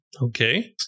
Okay